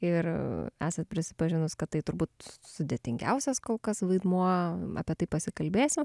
ir esat prisipažinus kad tai turbūt sudėtingiausias kol kas vaidmuo apie tai pasikalbėsim